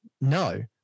No